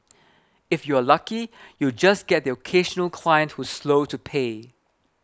if you're lucky you'll just get the occasional client who's slow to pay